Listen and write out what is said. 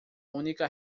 única